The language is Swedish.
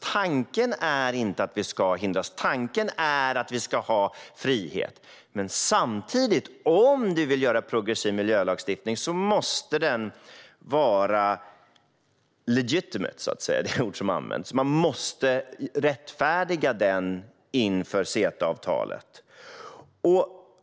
Tanken är inte att vi ska hindras utan att vi ska ha frihet, men samtidigt - om man vill göra en progressiv miljölagstiftning - måste denna vara så att säga legitimate. Det är det ord som används. Man måste alltså rättfärdiga den inför CETA-avtalet.